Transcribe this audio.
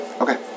Okay